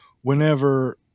whenever